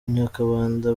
nyakabanda